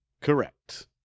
Correct